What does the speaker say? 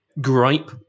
gripe